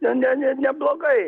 ne ne ne neblogai